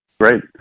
Great